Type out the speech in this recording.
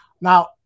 Now